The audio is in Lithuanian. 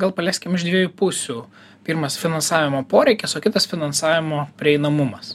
gal paleskim iš dviejų pusių pirmas finansavimo poreikis o kitas finansavimo prieinamumas